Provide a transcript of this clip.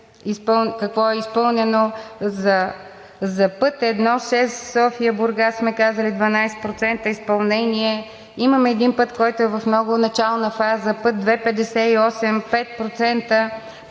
какво е изпълнено, за път I-6 София – Бургас сме казали 12% изпълнение. Имаме един път, който е в много начална фаза – път II-58, 5%.